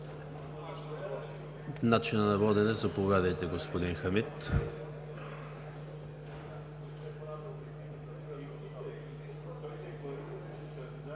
начина на водене. Заповядайте, господин Хамид.